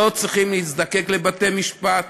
שלא צריכים להזדקק לבתי-משפט,